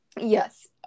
Yes